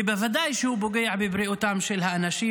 ובוודאי שהוא פוגע בבריאותם של האנשים